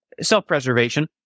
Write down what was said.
self-preservation